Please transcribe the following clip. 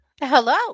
Hello